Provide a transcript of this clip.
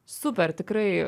super tikrai